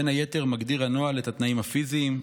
בין היתר מגדיר הנוהל את התנאים הפיזיים,